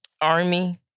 army